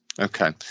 Okay